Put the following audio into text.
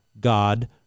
God